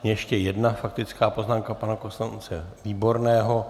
Je tu ještě jedna faktická poznámka pana poslance Výborného.